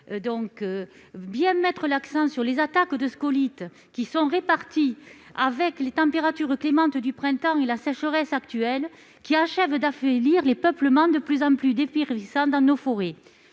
donc bien mettre l'accent sur les attaques de scolytes, qui sont reparties avec les températures clémentes du printemps, et sur la sécheresse actuelle, qui achève d'affaiblir les peuplements, de plus en plus dépérissants, dans nos forêts.